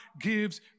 gives